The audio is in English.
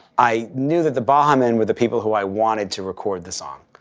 i knew that the baha men were the people who i wanted to record the song.